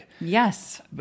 Yes